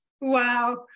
Wow